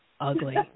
ugly